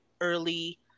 early